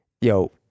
yo